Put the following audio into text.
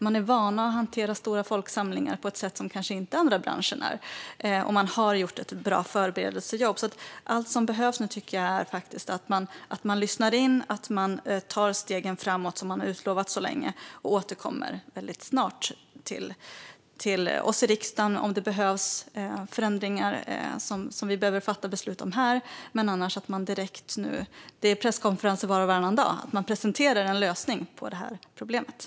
De är vana att hantera stora folksamlingar på ett sätt som andra branscher kanske inte är, och de har gjort ett bra förberedelsejobb. Allt som nu behövs tycker jag är att man lyssnar in och tar steg framåt, som man så länge har utlovat, och återkommer väldigt snart till oss i riksdagen om det behövs förändringar som vi behöver fatta beslut om här och att man presenterar en lösning på detta problem. Det är ju presskonferenser var och varannan dag.